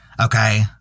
okay